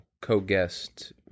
co-guest